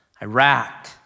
Iraq